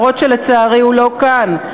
אף-על-פי שלצערי הוא לא כאן.